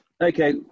okay